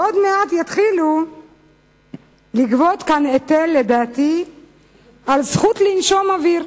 ועוד מעט יתחילו לגבות כאן היטל על הזכות לנשום אוויר,